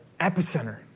epicenter